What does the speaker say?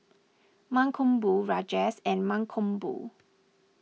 Mankombu Rajesh and Mankombu